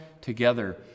together